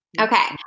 Okay